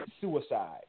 suicide